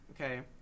Okay